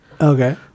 Okay